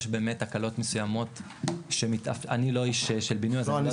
יש באמת הקלות מסוימות שאני לא איש של בינוי אז אני לא